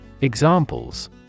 Examples